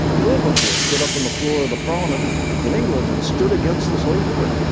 wilberforce stood up in the floor of the parliament in england and stood against the slave trade.